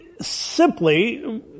simply